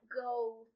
go